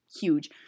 huge